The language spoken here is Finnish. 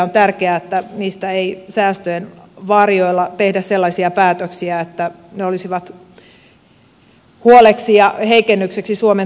on tärkeää että niistä ei säästöjen varjolla tehdä sellaisia päätöksiä että ne olisivat huo leksi ja heikennykseksi suomen tulevaisuudel le